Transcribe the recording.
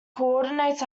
coordinates